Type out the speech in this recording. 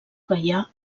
gaià